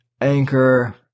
Anchor